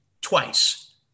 twice